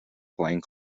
playing